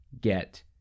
get